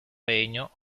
regno